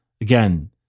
Again